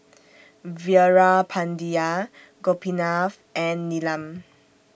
Veerapandiya Gopinath and Neelam